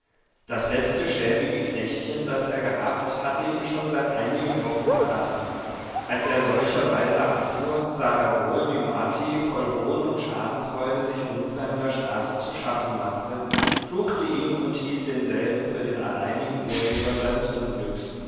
das letzte schäbige knechtchen das er gehabt hatte ihn schon seit einigen wochen verlassen als er solcherweise abfuhr sah er wohl wie marti voll hohn und schadenfreude sich unfern der straße zu schaffen machte fluchte ihm und hielt denselben für den alleinigen urheber seines unglückes